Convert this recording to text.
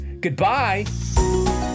Goodbye